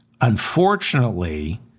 Unfortunately